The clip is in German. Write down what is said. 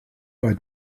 bei